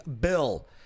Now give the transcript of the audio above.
bill